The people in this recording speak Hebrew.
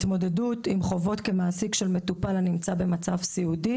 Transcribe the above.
התמודדות עם חובות של כמעסיק של מטופל הנמצא במצב סיעודי.